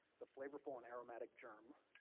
the flavorful and aromatic germ,